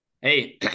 Hey